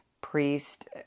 priest